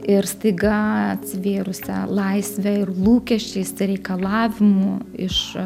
ir staiga atsivėrusia laisve ir lūkesčiais ir reikalavimu iš